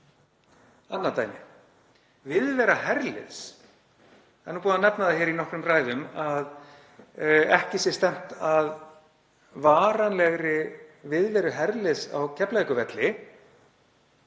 Annað dæmi er viðvera herliðs. Það er búið að nefna það hér í nokkrum ræðum að ekki sé stefnt að varanlegri viðveru herliðs á Keflavíkurvelli,